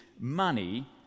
money